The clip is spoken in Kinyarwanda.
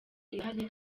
irahari